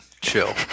Chill